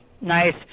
Nice